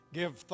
give